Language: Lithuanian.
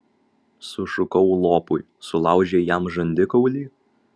sušukau lopui sulaužei jam žandikaulį